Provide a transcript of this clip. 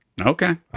Okay